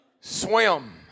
swim